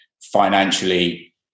financially